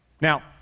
Now